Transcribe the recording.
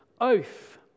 oath